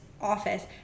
office